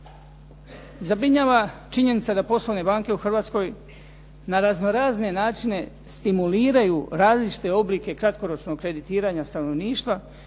Zabrinjava činjenica da poslovne banke u Hrvatskoj na razno razne načine stimuliraju različite oblike kratkoročnog kreditiranja stanovništva,